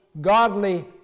godly